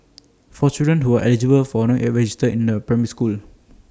for children who are eligible for not registered in A primary school